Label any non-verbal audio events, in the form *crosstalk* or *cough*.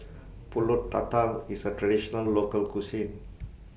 *noise* Pulut Tatal IS A Traditional Local Cuisine